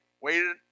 waited